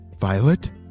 Violet